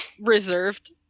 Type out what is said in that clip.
Reserved